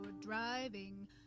driving